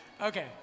Okay